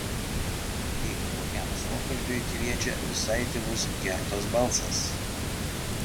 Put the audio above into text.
lyg kokiam suokalbiui kviečia visai tylus gerdos balsas